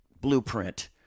blueprint